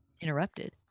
interrupted